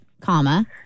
comma